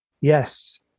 Yes